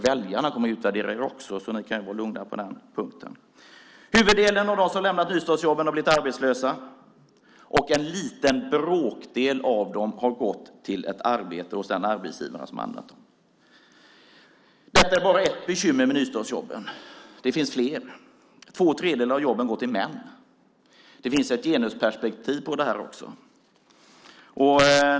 Väljarna kommer också att utvärdera er. Huvuddelen av dem som lämnat nystartsjobben har blivit arbetslösa och en liten bråkdel av dem har gått till ett arbete hos den arbetsgivare som använt dem. Detta är bara ett bekymmer med nystartsjobben. Det finns fler. Två tredjedelar av jobben går till män. Det finns alltså ett genusperspektiv på det här också.